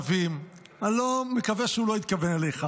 ----- אני מקווה שהוא לא התכוון אליך.